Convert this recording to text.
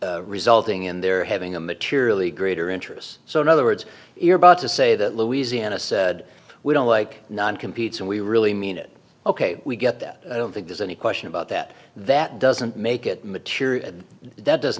be resulting in their having a materially greater interest so in other words you're about to say that louisiana said we don't like non competes and we really mean it ok we get that i don't think there's any question about that that doesn't make it material and that does